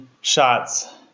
shots